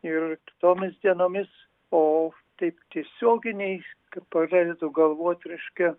ir tomis dienomis o taip tiesioginiai kaip pradedu galvot reiškia